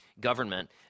government